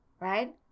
Right